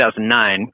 2009